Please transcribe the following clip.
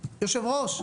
יושב-ראש הוועדה,